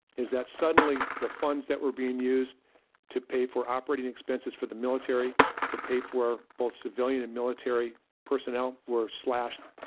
is that suddenly the funds that were being used to pay for operating expenses for the military to pay for both civilian and military personnel were slashed.